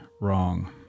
wrong